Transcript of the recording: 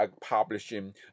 publishing